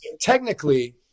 Technically